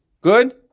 Good